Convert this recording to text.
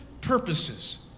purposes